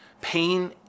Pain